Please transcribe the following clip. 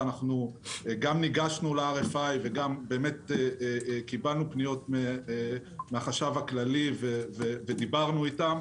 ואנחנו גם ניגשנו ל-RFI וגם קיבלנו פניות מהחשב הכללי ודיברנו איתם,